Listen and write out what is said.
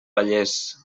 vallès